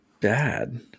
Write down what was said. bad